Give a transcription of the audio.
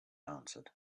answered